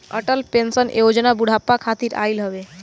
Atal pension Yojana बुढ़ापा खातिर आईल हवे